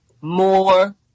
more